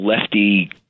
lefty